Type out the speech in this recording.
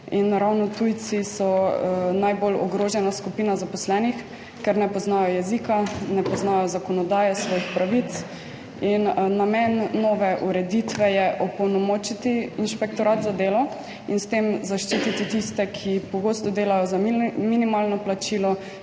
in ravno tujci so najbolj ogrožena skupina zaposlenih, ker ne poznajo jezika, ne poznajo zakonodaje, svojih pravic. In namen nove ureditve je opolnomočiti Inšpektorat za delo in s tem zaščititi tiste, ki pogosto delajo za minimalno plačilo,